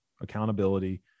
accountability